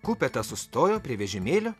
kupeta sustojo prie vežimėlio